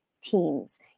teams